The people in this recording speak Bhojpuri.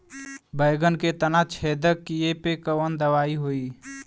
बैगन के तना छेदक कियेपे कवन दवाई होई?